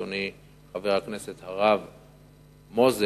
אדוני חבר הכנסת הרב מוזס,